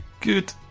good